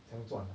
强壮 ah